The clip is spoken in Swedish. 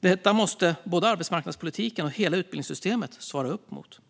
Detta måste både arbetsmarknadspolitiken och hela utbildningssystemet svara upp mot.